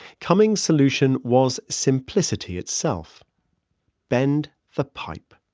cumming's solution was simplicity itself bend the pipe.